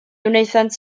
wnaethant